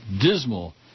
dismal